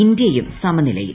ഇന്തൃയും സമനിലയിൽ